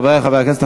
חברי חברי הכנסת,